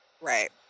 Right